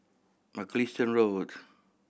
Mugliston Road